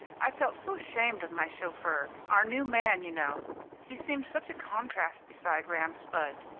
i felt so ashamed of my chauffeur, our new man, you know he seemed such a contrast beside ram spudd.